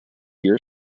year